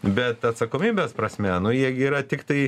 bet atsakomybės prasme jie yra tiktai